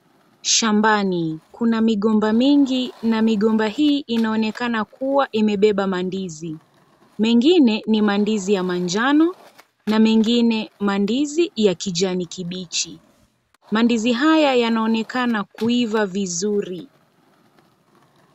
Shambani, kuna migomba mingi na migomba hii inaonekana kuwa imebeba mandizi. Mengine ni mandizi ya manjano na mengine mandizi ya kijani kibichi. Mandizi haya yanaonekana kuiva vizuri.